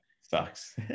sucks